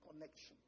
connection